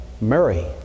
Mary